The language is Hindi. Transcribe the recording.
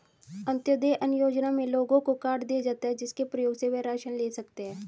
अंत्योदय अन्न योजना में लोगों को कार्ड दिए जाता है, जिसके प्रयोग से वह राशन ले सकते है